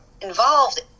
involved